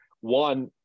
One